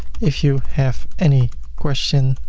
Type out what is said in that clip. if you have any question